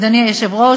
אדוני היושב-ראש,